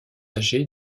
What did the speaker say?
âgés